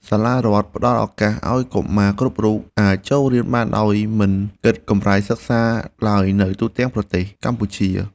សាលារដ្ឋផ្តល់ឱកាសឱ្យកុមារគ្រប់រូបអាចចូលរៀនបានដោយមិនគិតកម្រៃសិក្សាឡើយនៅទូទាំងប្រទេសកម្ពុជា។